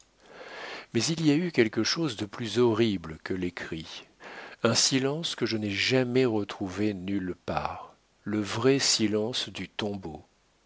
mais il y a eu quelque chose de plus horrible que les cris un silence que je n'ai jamais retrouvé nulle part le vrai silence du tombeau